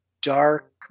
dark